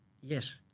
Yes